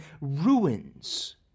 ruins